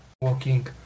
walking